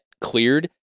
cleared